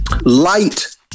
Light